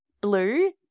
blue